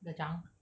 the junk